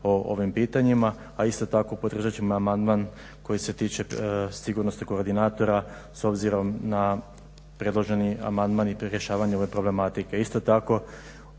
o ovim pitanjima. A isto tako podržat ćemo amandman koji se tiče sigurnosnih koordinatora s obzirom na predloženi amandman i rješavanje ove problematike.